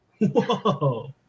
Whoa